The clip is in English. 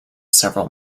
several